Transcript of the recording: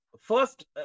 First